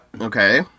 Okay